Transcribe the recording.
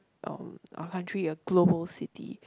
oh a country a global city